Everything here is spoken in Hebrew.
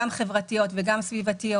גם חברתיות וגם סביבתיות.